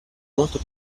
molto